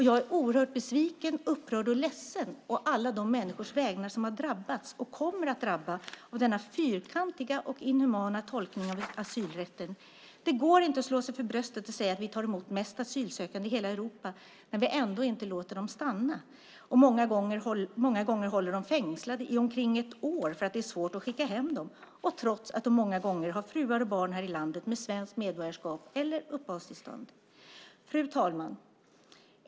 Jag är oerhört besviken, upprörd och ledsen å alla de människors vägnar som drabbats och kommer att drabbas av denna fyrkantiga och inhumana tolkning av asylrätten. Det går inte att slå sig för bröstet och säga att vi tar emot flest asylsökande i hela Europa när vi ändå inte låter dem stanna och många gånger håller dem fängslade i omkring ett år för att det är svårt att skicka hem dem och trots att de många gånger har fruar och barn här i landet med svenskt medborgarskap eller uppehållstillstånd. Fru talman!